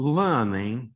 learning